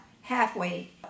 halfway